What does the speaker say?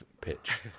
pitch